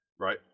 Right